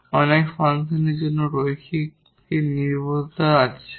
অনেক ফাংশনের জন্য লিনিয়ার ডিপেন্ডেট আসছে